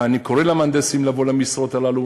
אני קורא למהנדסים לבוא למשרות הללו,